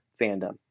fandom